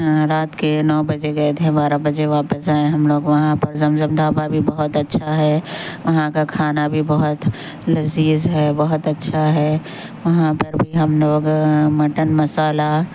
رات کے نو بجے گئے تھے بارہ بجے واپس آئے ہم لوگ وہاں پر زمزم ڈھابہ بھی بہت اچھا ہے وہاں کا کھانا بھی بہت لذیذ ہے بہت اچھا ہے وہاں پر بھی ہم لوگ مٹن مسالہ